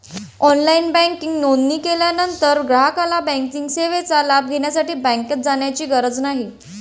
online banking नोंदणी केल्यानंतर ग्राहकाला बँकिंग सेवेचा लाभ घेण्यासाठी बँकेत जाण्याची गरज नाही